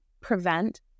prevent